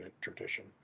tradition